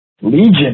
Legion